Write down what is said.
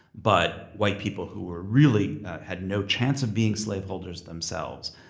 but white people who were really had no chance of being slave holders themselves.